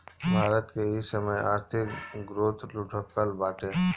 भारत के इ समय आर्थिक ग्रोथ लुढ़कल बाटे